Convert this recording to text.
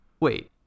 Wait